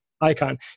icon